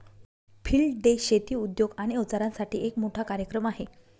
field day शेती उद्योग आणि अवजारांसाठी एक मोठा कार्यक्रम आहे